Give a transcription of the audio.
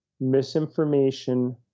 misinformation